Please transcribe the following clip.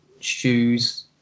shoes